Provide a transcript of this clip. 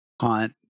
hunt